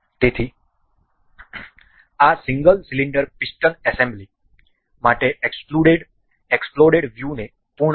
તેથી આ single cylinder piston assembly માટે એક્સપ્લોડેડ વ્યૂને પૂર્ણ કરે છે